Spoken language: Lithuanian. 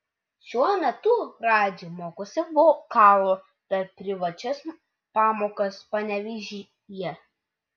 šiuo metu radži mokosi vokalo per privačias pamokas panevėžyje